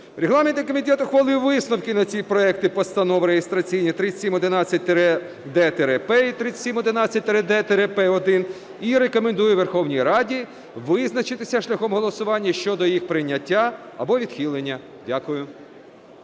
Регламентний комітет ухвалив висновки на ці проекти постанов (реєстраційні 3711-д-П і 3711-д-П1) і рекомендує Верховній Раді визначитися шляхом голосування щодо їх прийняття або відхилення. Дякую.